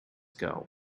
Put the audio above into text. ago